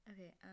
Okay